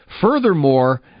Furthermore